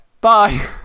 Bye